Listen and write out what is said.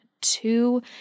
two